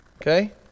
Okay